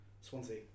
Swansea